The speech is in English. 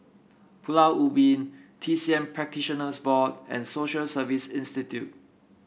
Pulau Ubin T C M Practitioners Board and Social Service Institute